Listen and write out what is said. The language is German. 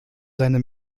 seine